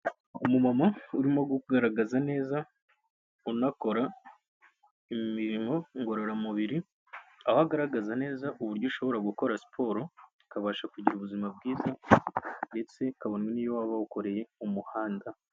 Umumama urimo kugaragaza neza unakora imirimo ngororamubiri, aho agaragaza neza uburyo ushobora gukora siporo ukabasha kugira ubuzima bwiza ndetse ukabona n'iyo waba ukoreye umuhanda.